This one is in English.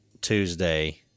Tuesday